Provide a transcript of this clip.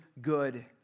good